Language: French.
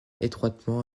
étroitement